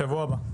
בשבוע הבא.